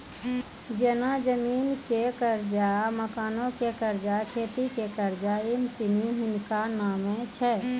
जेना जमीनो के कर्जा, मकानो के कर्जा, खेती के कर्जा इ सिनी हिनका नामे छै